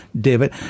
David